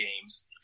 games